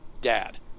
dad